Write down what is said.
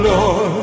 Lord